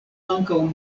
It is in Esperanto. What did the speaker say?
ankaŭ